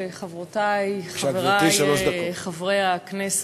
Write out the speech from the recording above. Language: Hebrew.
חברותי וחברי חברי הכנסת,